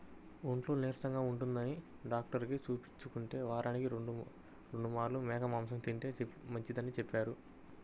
ఒంట్లో నీరసంగా ఉంటందని డాక్టరుకి చూపించుకుంటే, వారానికి రెండు మార్లు మేక మాంసం తింటే మంచిదని చెప్పారు